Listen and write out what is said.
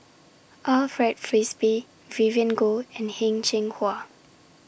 Alfred Frisby Vivien Goh and Heng Cheng Hwa